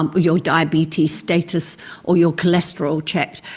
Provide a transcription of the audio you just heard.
um your diabetes status or your cholesterol checked,